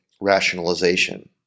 rationalization